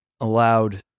allowed